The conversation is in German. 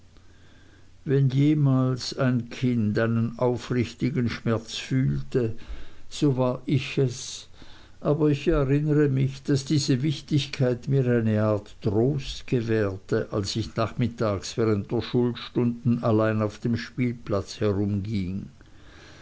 wenn jemals ein kind einen aufrichtigen schmerz fühlte so war ich es aber ich erinnere mich daß diese wichtigkeit mir eine art trost gewährte als ich nachmittags während der schulstunden allein auf dem spielplatz